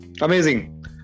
Amazing